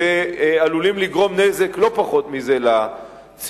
שעלולים לגרום נזק לא פחות מזה לציבור.